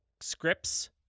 scripts